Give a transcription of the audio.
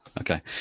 okay